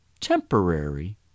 temporary